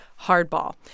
Hardball